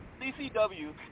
CCW